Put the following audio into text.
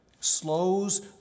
slows